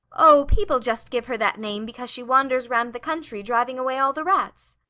oh, people just give her that name because she wanders round the country driving away all the rats.